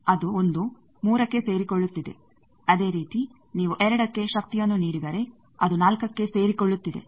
ಅದು ಒಂದು 3ಕ್ಕೆ ಸೇರಿಕೊಳ್ಳುತ್ತಿದೆ ಅದೇ ರೀತಿ ನೀವು 2ಕ್ಕೆ ಶಕ್ತಿಯನ್ನು ನೀಡಿದರೆ ಅದು 4ಕ್ಕೆ ಸೇರಿಕೊಳ್ಳುತ್ತಿದೆ